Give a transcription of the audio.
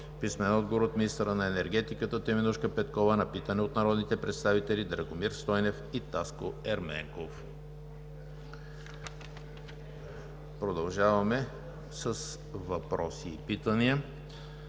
Йорданов; - министъра на енергетиката Теменужка Петкова на питане от народните представители Драгомир Стойнев и Таско Ерменков. Продължаваме с въпроси и питания.